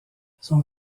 son